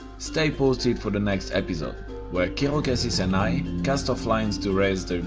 stay posted for the next episode where kiraucassis and i cast off lines to race the